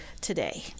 today